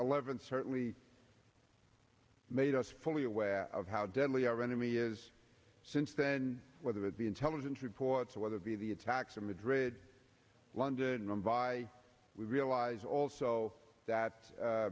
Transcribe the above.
eleven certainly made us fully aware of how deadly our enemy is since then whether it be intelligence reports or whether it be the attacks in madrid london mumbai we realize also that